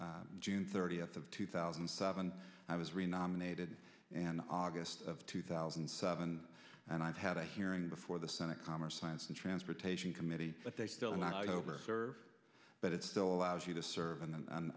in june thirtieth of two thousand and seven i was renominated and august of two thousand and seven and i've had a hearing before the senate commerce science and transportation committee but they still not over serve but it still allows you to serve an